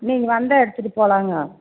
நீங்கள் வந்தால் எடுத்துகிட்டு போலாம்ங்க